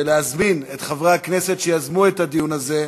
ולהזמין את חברי הכנסת שיזמו את הדיון הזה.